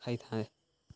ଖାଇଥାଏ